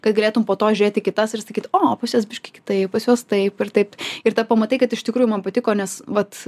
kad galėtum po to žiūrėt į kitas ir sakyt o pas juos biškį kitaip pas juos taip ir taip ir tada pamatai kad iš tikrųjų man patiko nes vat